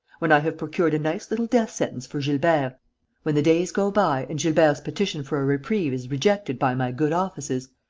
when i have procured a nice little death-sentence for gilbert, when the days go by and gilbert's petition for a reprieve is rejected by my good offices,